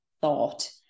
thought